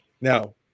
Now